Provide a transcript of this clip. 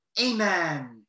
amen